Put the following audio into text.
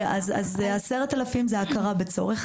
10,000 זה הכרה בצורך.